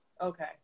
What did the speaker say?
okay